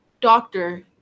doctor